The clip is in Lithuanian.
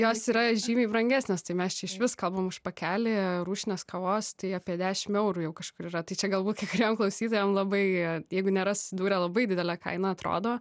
jos yra žymiai brangesnės tai mes čia išvis kalbam už pakelį rūšinės kavos tai apie dešim eurų jau kažkur yra tai čia galbūt kai kuriem klausytojam labai jeigu nėra susidūrę labai didelė kaina atrodo